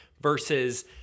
versus